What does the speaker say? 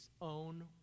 own